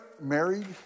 married